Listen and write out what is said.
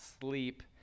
sleep